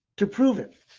to prove it.